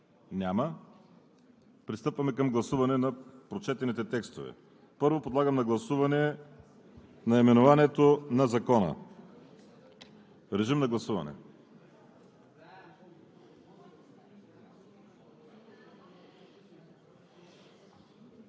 Отказвате се. Има ли други изказвания? Няма. Пристъпваме към гласуване на прочетените текстове. Подлагам на гласуване наименованието на Закона. Гласували